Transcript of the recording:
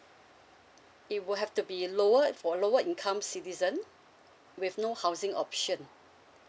it will have to be lowered for lower income citizen with no housing option